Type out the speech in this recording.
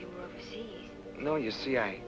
you know you see i